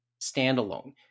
standalone